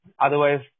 Otherwise